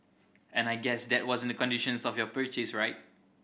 and I guess that wasn't the conditions of your purchase right